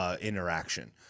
interaction